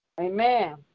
Amen